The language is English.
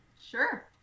Sure